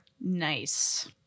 Nice